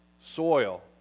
soil